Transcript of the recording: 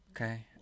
Okay